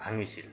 ভাঙিছিল